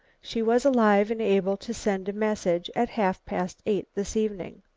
she was alive and able to send a message at half past eight this evening.